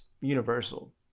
universal